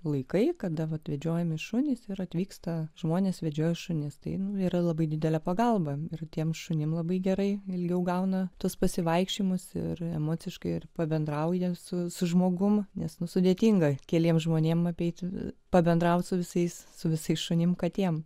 laikai kada vedžiojami šunys ir atvyksta žmonės vedžioja šunis tai yra labai didelę pagalbą ir tiems šunims labai gerai ilgiau gauna tuos pasivaikščiojimus ir emociškai ir pabendrauja su žmogumi nes nuo sudėtinga keliems žmonėms apeiti pabendrauti su visais su visais šunims katėms